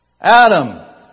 Adam